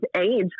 age